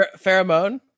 Pheromone